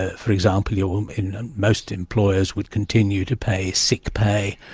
ah for example, you're. um in. most employers would continue to pay sick pay,